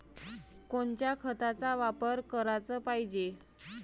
कोनच्या खताचा वापर कराच पायजे?